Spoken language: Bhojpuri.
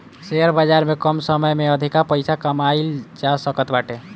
शेयर बाजार में कम समय में अधिका पईसा कमाईल जा सकत बाटे